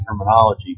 terminology